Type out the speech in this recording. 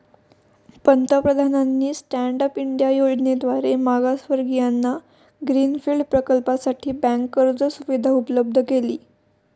पंतप्रधानांनी stand up India योजनेद्वारे मागासवर्गीयांना ग्रीन फील्ड प्रकल्पासाठी बँक कर्ज सुविधा उपलब्ध केली